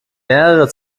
mehrere